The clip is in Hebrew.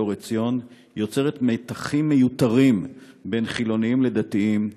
אור עציון יוצרת מתחים מיותרים בין חילונים לדתיים.